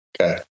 Okay